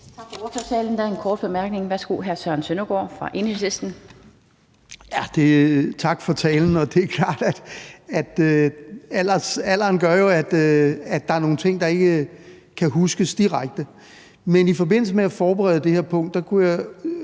Tak for ordførertalen. Der er en kort bemærkning fra hr. Søren Søndergaard fra Enhedslisten. Værsgo. Kl. 16:20 Søren Søndergaard (EL): Tak for talen. Det er klart, at alderen jo gør, at der er nogle ting, der ikke kan huskes direkte. Men i forbindelse med at forberede det her punkt kunne jeg